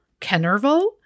Kenervo